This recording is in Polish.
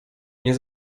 nie